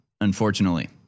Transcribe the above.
unfortunately